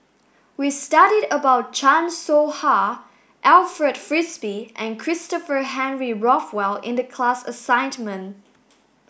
we studied about Chan Soh Ha Alfred Frisby and Christopher Henry Rothwell in the class assignment